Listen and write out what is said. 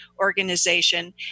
organization